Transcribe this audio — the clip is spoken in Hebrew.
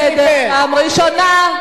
תשתקי בבקשה.